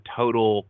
total